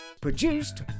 Produced